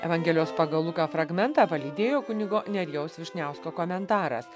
evangelijos pagal luką fragmentą palydėjo kunigo nerijaus vyšniausko komentaras